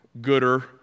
gooder